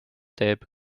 teeb